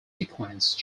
sequence